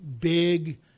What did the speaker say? big